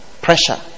pressure